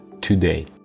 today